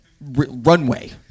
runway